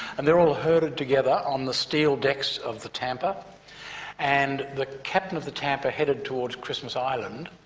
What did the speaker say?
and they're all herded together on the steel decks of the tampa and the captain of the tampa headed towards christmas island,